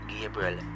Gabriel